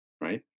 right